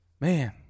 man